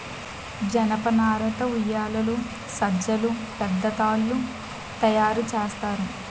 జనపనార తో ఉయ్యేలలు సజ్జలు పెద్ద తాళ్లు తయేరు సేత్తారు